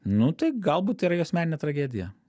nu tai galbūt tai yra jo asmeninė tragedija